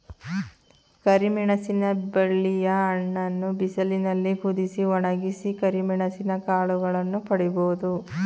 ಕರಿಮೆಣಸಿನ ಬಳ್ಳಿಯ ಹಣ್ಣನ್ನು ಬಿಸಿಲಿನಲ್ಲಿ ಕುದಿಸಿ, ಒಣಗಿಸಿ ಕರಿಮೆಣಸಿನ ಕಾಳುಗಳನ್ನು ಪಡಿಬೋದು